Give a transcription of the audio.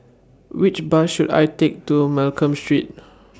Which Bus should I Take to Mccallum Street